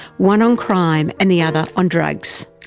one on crime and the other on drugs.